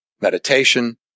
meditation